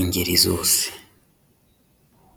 ingeri zose.